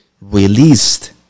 released